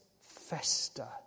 fester